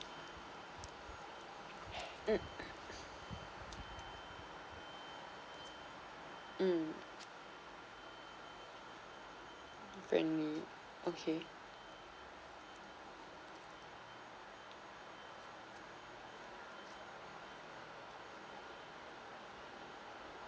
mm mm friendly okay